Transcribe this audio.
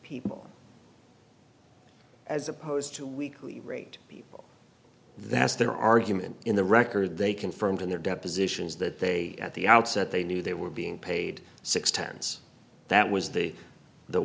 people as opposed to weekly rate people that's their argument in the record they confirmed in their depositions that they at the outset they knew they were being paid six tenths that was the the